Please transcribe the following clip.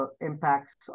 impacts